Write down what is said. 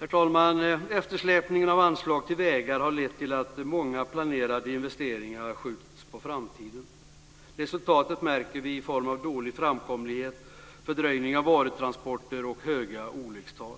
Herr talman! Eftersläpningen av anslag till vägar har lett till att många planerade investeringar har skjutits på framtiden. Resultatet märker vi i form av dålig framkomlighet, fördröjning av varutransporter och höga olyckstal.